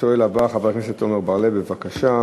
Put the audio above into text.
השואל הבא, חבר הכנסת עמר בר-לב, בבקשה.